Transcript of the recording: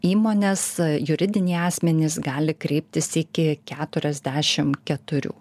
įmonės juridiniai asmenys gali kreiptis iki keturiasdešim keturių